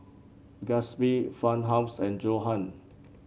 Gatsby Farmhouse and Johan